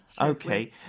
Okay